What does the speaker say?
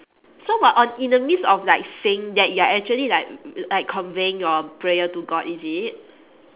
so what on in the midst of like saying that you're actually like like conveying your prayer to god is it